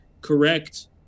correct